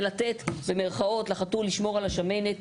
זה "לתת לחתול לשמור על השמנת".